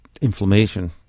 inflammation